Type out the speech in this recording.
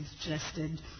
suggested